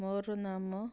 ମୋର ନାମ